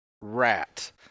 rat